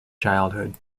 childhood